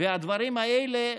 ועל הדברים האלה,